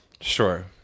Sure